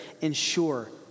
ensure